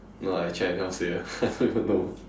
no actually I anyhow say ya no